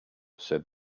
said